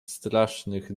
strasznych